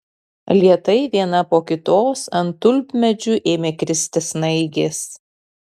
lėtai viena po kitos ant tulpmedžių ėmė kristi snaigės